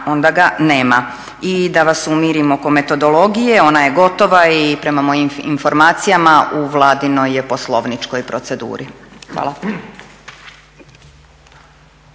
onda ga nema. I da vas umirim oko metodologije, ona je gotova i prema mojim informacijama u vladinoj je poslovničkoj proceduri. Hvala.